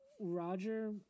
Roger